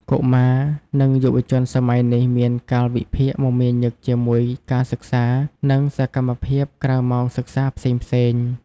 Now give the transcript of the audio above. កុមារ និងយុវជនសម័យនេះមានកាលវិភាគមមាញឹកជាមួយការសិក្សា និងសកម្មភាពក្រៅម៉ោងសិក្សាផ្សេងៗ។